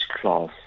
class